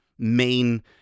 main